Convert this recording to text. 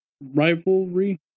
rivalry